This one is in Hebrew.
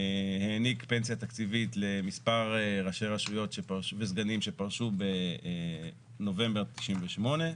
העניק פנסיה תקציבית למספר ראשי רשויות וסגנים שפרשו בנובמבר 98'